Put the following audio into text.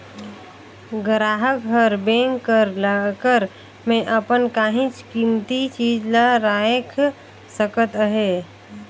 गराहक हर बेंक कर लाकर में अपन काहींच कीमती चीज ल राएख सकत अहे